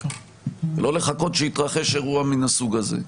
ולא לחכות שיתרחש אירוע מן הסוג הזה.